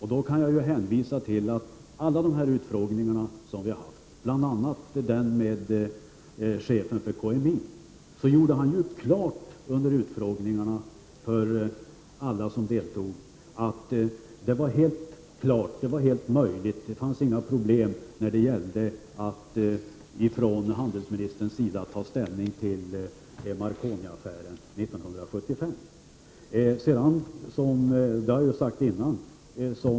Jag kan då hänvisa till att i alla de utfrågningar som vi har haft, bl.a. den med chefen för KMI, klart framgick för alla som deltog att det var helt möjligt och att det inte fanns några problem när det för handelsministern gällde att ta ställning till Marconi-affären 1975.